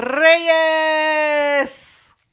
Reyes